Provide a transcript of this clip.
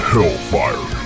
Hellfire